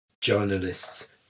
journalists